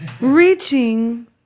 reaching